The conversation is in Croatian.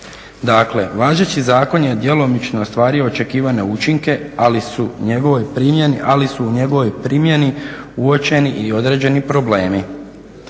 Dakle, važeći zakon je djelomično ostvario očekivane učinke, ali su u njegovoj primjeni uočeni i određeni problemi.